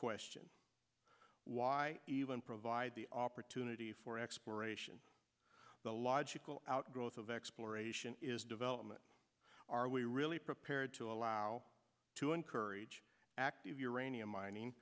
question why even provide the opportunity for exploration the logical outgrowth of exploration is development are we really prepared to allow to encourage active uranium mining